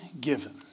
given